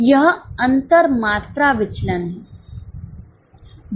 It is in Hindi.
यह अंतर मात्रा विचलन है